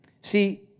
See